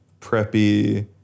preppy